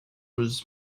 was